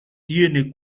tiene